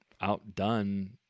outdone